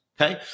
Okay